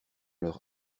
leur